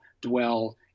dwell